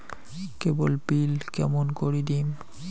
কেবল bill কেমন করি দিম?